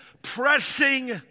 pressing